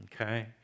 okay